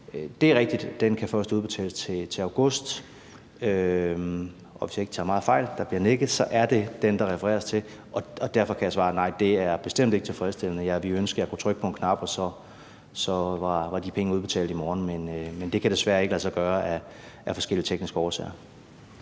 det er rigtigt, at den først kan udbetales til august. Hvis jeg ikke tager meget fejl – der bliver nikket – er det den, der refereres til, og derfor kan jeg svare: Nej, det er bestemt ikke tilfredsstillende. Jeg ville ønske, jeg kunne trykke på en knap, og så var de penge udbetalt i morgen, men det kan desværre ikke lade sig gøre af forskellige tekniske årsager.